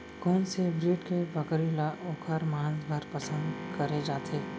कोन से ब्रीड के बकरी ला ओखर माँस बर पसंद करे जाथे?